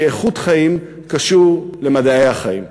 כי איכות חיים קשורה למדעי החיים.